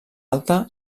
alta